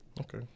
Okay